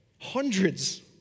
Hundreds